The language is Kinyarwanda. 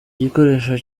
igikoresho